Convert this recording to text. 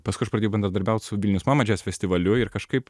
paskui aš pradėjau bendradarbiaut su vilnius mama jazz festivaliu ir kažkaip